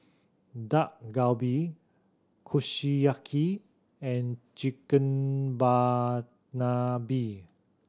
Dak Galbi Kushiyaki and